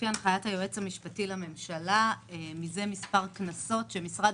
לפי הנחיית היועץ המשפטי לממשלה מזה מספר כנסות משרד